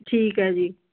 ਠੀਕ ਹੈ ਜੀ